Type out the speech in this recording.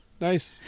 Nice